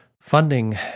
funding